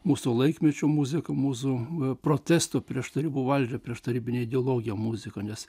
mūsų laikmečio muzika mūsų protestų prieš tarybų valdžią prieš tarybinę ideologiją muzika nes